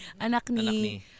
Anakni